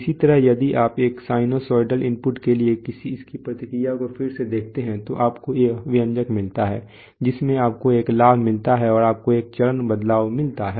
इसी तरह यदि आप एक साइनसॉइडल इनपुट के लिए इसकी प्रतिक्रिया को फिर से देखते हैं तो आपको यह व्यंजक मिलता है जिसमें आपको एक लाभ मिलता है और आपको एक चरण बदलाव मिलता है